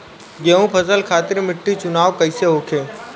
गेंहू फसल खातिर मिट्टी चुनाव कईसे होखे?